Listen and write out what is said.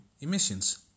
emissions